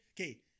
okay